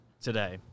Today